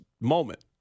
moment